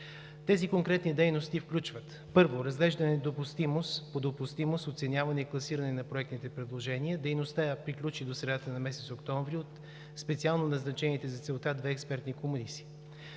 Тези конкретни дейности включват: първо, разглеждане по допустимост, оценяване и класиране на проектните предложения. Дейността приключи до средата на месец октомври от специално назначените за целта две експертни комисии.